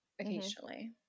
occasionally